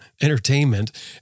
entertainment